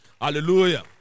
Hallelujah